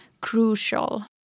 crucial